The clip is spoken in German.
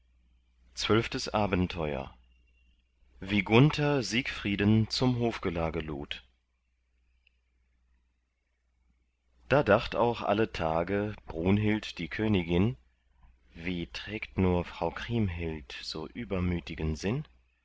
zwölftes abenteuer wie gunther siegfrieden zum hofgelage lud da dacht auch alle tage brunhild die königin wie trägt nur frau kriemhild so übermütigen sinn